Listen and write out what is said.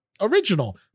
Original